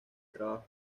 trabajo